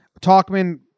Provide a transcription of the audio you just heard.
Talkman